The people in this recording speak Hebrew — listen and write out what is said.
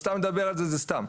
אז סתם לדבר על זה זה סתם.